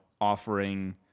offering